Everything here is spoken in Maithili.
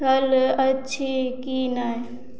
रहल अछि कि नहि